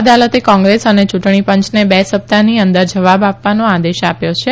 અદાલતે કોંગ્રેસ અને યૂંટણીપંચને બે સપ્તાહની અંદર જવાબ આપવાનો નિર્દેશ આપ્યો છે